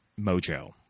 mojo